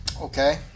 Okay